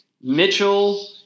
Mitchell